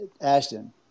Ashton